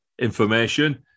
information